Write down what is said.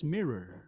Mirror